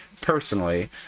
personally